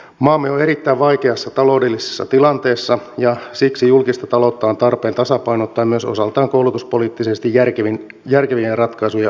maamme on erittäin vaikeassa taloudellisessa tilanteessa ja siksi julkista taloutta on tarpeen tasapainottaa myös osaltaan koulutuspoliittisesti järkevien ratkaisujen avulla